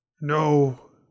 No